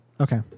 Okay